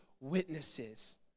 witnesses